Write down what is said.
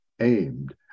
aimed